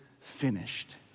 finished